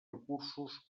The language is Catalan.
recursos